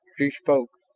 she spoke,